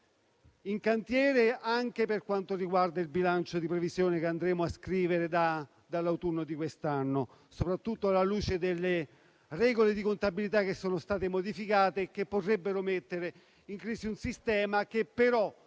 in cantiere. E ciò anche per quanto riguarda il bilancio di previsione, che andremo a scrivere dall'autunno di quest'anno, soprattutto alla luce delle regole di contabilità, che sono state modificate e che potrebbero mettere in crisi un sistema che però,